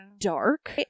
dark